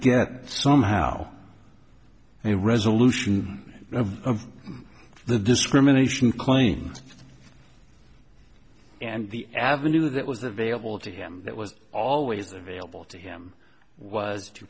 get somehow a resolution of the discrimination claims and the avenue that was available to him that was always there vailable to him was to